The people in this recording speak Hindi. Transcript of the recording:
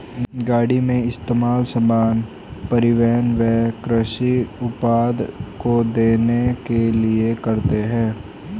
गाड़ी का इस्तेमाल सामान, परिवहन व कृषि उत्पाद को ढ़ोने के लिए करते है